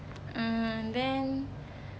uh and then